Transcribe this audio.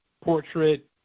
Portrait